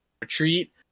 retreat